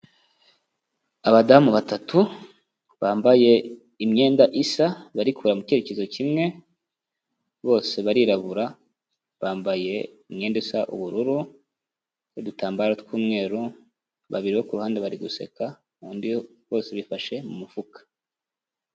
Abadamu batatu bambaye imyenda isa, bari kureba mu cyerekezo kimwe, bose barirabura, bambaye umwenda usa ubururu n'udutambaro tw'umweru babiri bo ku ruhande bari guseka undi, bose bifashe mu mufuka.